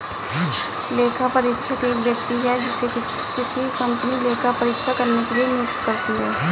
लेखापरीक्षक एक व्यक्ति है जिसे किसी कंपनी लेखा परीक्षा करने के लिए नियुक्त करती है